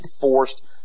forced